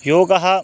योगः